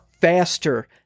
faster